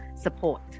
support